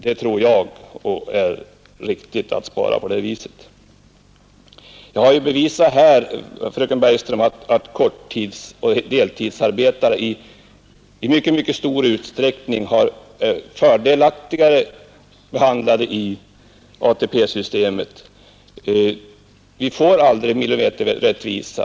Jag tror också att det är riktigt att spara på detta sätt. Jag har här bevisat, fröken Bergström, att deltidsoch korttidsanställda i mycket stor utsträckning rent av får en fördelaktigare behandling med nuvarande ATP-system. Vi kan aldrig få fram en millimeterrättvisa.